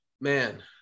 man